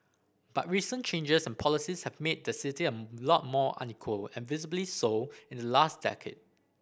but recent changes and policies have made the city a lot more unequal and visibly so in the last decade